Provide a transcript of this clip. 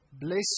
bless